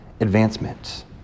advancement